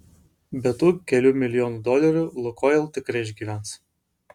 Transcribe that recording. be tų kelių milijonų dolerių lukoil tikrai išgyvens